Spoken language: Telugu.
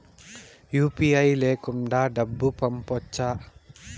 యు.పి.ఐ లేకుండా డబ్బు పంపొచ్చా